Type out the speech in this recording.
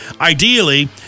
Ideally